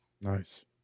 Nice